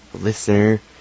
listener